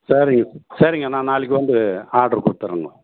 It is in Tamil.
சரிங்க சரிங்க நான் நாளைக்கு வந்து ஆட்ரு கொடுத்தறேங்கோ